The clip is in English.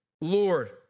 Lord